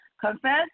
confess